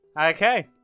Okay